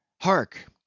hark